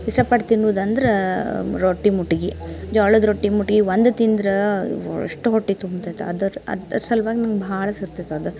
ಇಷ್ಟಪಟ್ಟು ತಿನ್ನೋದಂದ್ರೆ ರೊಟ್ಟಿ ಮುಟ್ಗಿ ಜೋಳದ ರೊಟ್ಟಿ ಮುಟ್ಗಿ ಒಂದು ತಿಂದ್ರೆ ಅಷ್ಟು ಹೊಟ್ಟೆ ತುಂಬ್ತದೆ ಅದರ ಅದರ ಸಲುವಾಗಿ ನಂಗೆ ಭಾಳ ಸೇರ್ತೈತಿ ಅದು